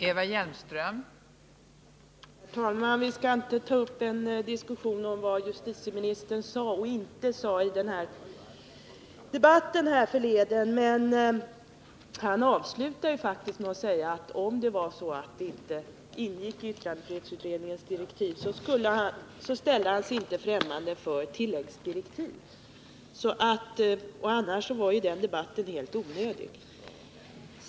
Fru talman! Vi skall inte ta upp en diskussion om vad justitieministern sade och inte sade i debatten härförleden, men han avslutade den ju faktiskt med att säga att han, om detta inte ingick i yttrandefrihetsutredningens direktiv, inte skulle ställa sig främmande för att utfärda tilläggsdirektiv till den. Den debatten hade f. ö. då varit helt onödig.